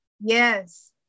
Yes